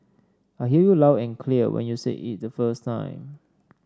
I heard you loud and clear when you said it the first time